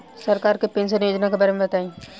सरकार के पेंशन योजना के बारे में बताईं?